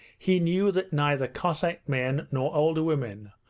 he knew that neither cossack men nor older women,